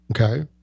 Okay